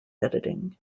editing